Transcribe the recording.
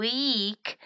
Week